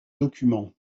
documents